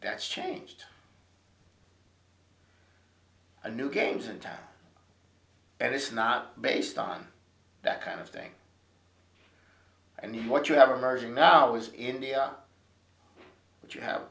that's changed a new games in time and it's not based on that kind of thing and what you have emerging now is india but you have